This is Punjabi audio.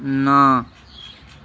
ਨਾ